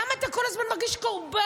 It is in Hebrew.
למה אתה כל הזמן מרגיש קורבן,